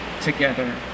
together